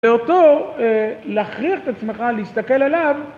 ואותו להכריח את עצמך להסתכל עליו